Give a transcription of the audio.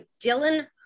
dylan